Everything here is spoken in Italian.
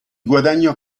guadagno